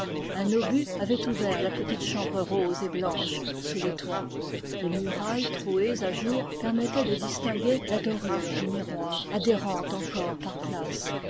un obus avait ouvert la petite chambre rose et blanche sous les toits les murailles trouées à jour permettaient de distinguer la dorure du miroir adhérente encore par places